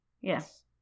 Yes